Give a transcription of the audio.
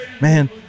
man